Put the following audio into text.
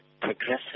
progressive